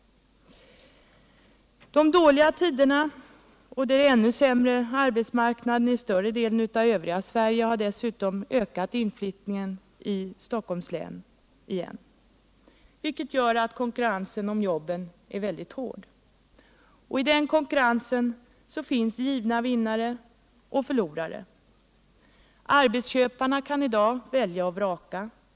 De dåliga tiderna och den ännu sämre arbetsmarknaden i det övriga Sverige har dessutom återigen ökat inflyttningen till Stockholms län, vilket gör att konkurrensen om jobben är mycket hård. I den konkurrensen finns givna vinnare och förlorare. Arbetsköparna kan i dag välja och vraka.